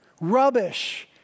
rubbish